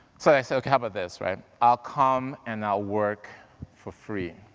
so i said, okay, how about this, right? i'll come and i'll work for free.